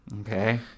Okay